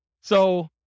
So-